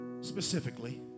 specifically